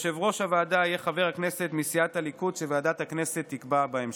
יושב-ראש הוועדה יהיה חבר כנסת מסיעת הליכוד שוועדת הכנסת תקבע בהמשך.